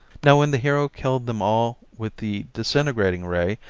now when the hero killed them all with the disintegrating ray,